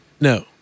No